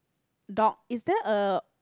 dog is there a